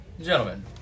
Gentlemen